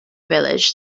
village